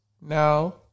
now